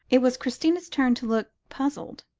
it was christina's turn to look puzzled.